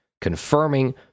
confirming